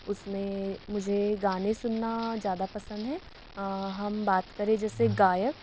उसमे मुझे गाने सुनना ज़्यादा पसंद है हम बात करें जिससे गायक